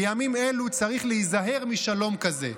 בימים אלו צריך להיזהר משלום כזה,